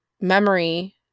memory